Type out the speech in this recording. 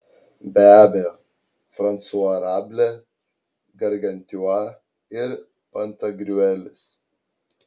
be abejo fransua rablė gargantiua ir pantagriuelis